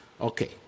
okay